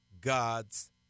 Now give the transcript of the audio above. God's